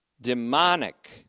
Demonic